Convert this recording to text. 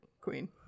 queen